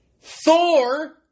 Thor